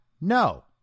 No